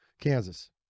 Kansas